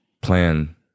plan